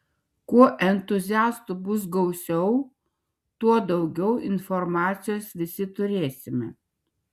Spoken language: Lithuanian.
kuo entuziastų bus gausiau tuo daugiau informacijos visi turėsime